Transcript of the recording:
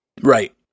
Right